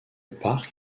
parc